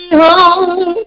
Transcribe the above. home